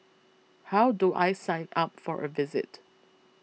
how do I sign up for a visit